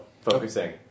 focusing